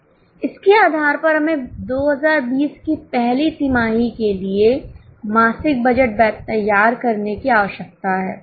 इसके आधार पर हमें 2020 की पहली तिमाही के लिए मासिक बजट तैयार करने की आवश्यकता है